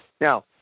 Now